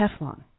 Teflon